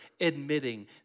admitting